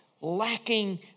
lacking